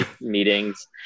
meetings